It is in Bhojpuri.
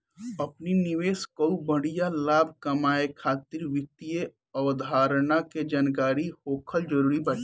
अपनी निवेश कअ बढ़िया लाभ कमाए खातिर वित्तीय अवधारणा के जानकरी होखल जरुरी बाटे